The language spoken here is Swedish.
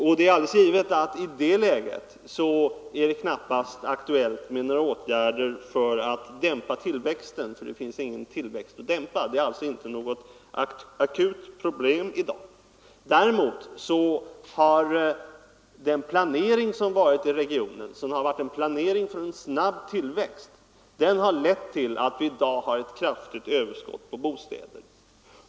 I det läget är det naturligtvis knappast aktuellt med några åtgärder för att dämpa tillväxten — det finns ingen tillväxt att dämpa. Detta är således inte något akut problem i dag. Däremot har den planering som skett i regionen — en planering för snabb tillväxt — lett till att vi i dag har ett kraftigt överskott på bostäder.